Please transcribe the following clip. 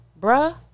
bruh